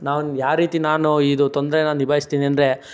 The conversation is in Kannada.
ನಾನು ಯಾವ ರೀತಿ ನಾನು ಇದು ತೊಂದರೇನ ನಿಭಾಯಿಸ್ತೀನಿ ಅಂದರೆ